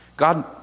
God